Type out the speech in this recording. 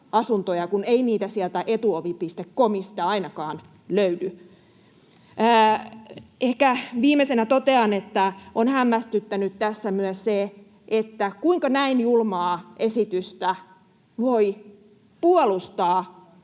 kun ei niitä sieltä Etuovi.comista ainakaan löydy? Ehkä viimeisenä totean, että on hämmästyttänyt tässä myös se, kuinka näin julmaa esitystä voi puolustaa